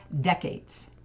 decades